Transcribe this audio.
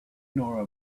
nor